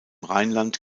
rheinland